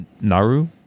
Naru